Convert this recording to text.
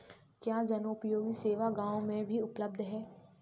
क्या जनोपयोगी सेवा गाँव में भी उपलब्ध है?